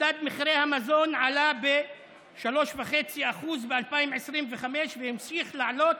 מדד מחירי המזון עלה ב-3.5% ב-2021 והמשיך לעלות